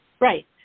Right